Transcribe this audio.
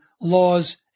laws